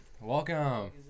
welcome